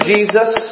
Jesus